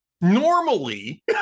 Normally